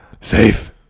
safe